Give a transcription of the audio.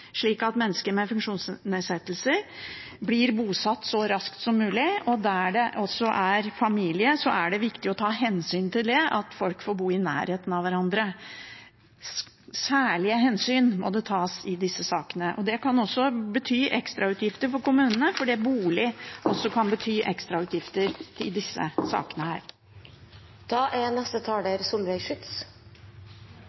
slik at mennesker med funksjonsnedsettelse blir bosatt så raskt som mulig. Og der det også er familie, er det viktig å ta hensyn til det, slik at folk får bo i nærheten av hverandre. Særlige hensyn må det tas i disse sakene. Det kan også bety ekstrautgifter for kommunene, fordi bolig også kan bety ekstrautgifter i disse sakene. Å flykte fra hjemlandet er